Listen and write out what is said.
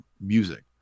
music